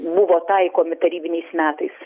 buvo taikomi tarybiniais metais